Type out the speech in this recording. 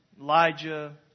Elijah